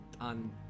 on